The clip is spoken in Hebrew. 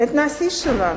את נשיא המדינה,